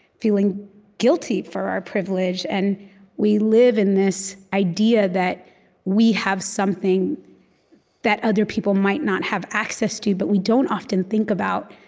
feeling guilty for our privilege, and we live in this idea that we have something that other people might not have access to, but we don't often think about